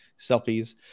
selfies